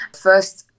first